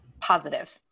Positive